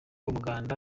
umuganda